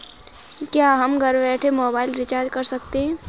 क्या हम घर बैठे मोबाइल रिचार्ज कर सकते हैं?